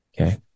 okay